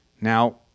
Now